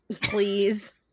please